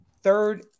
third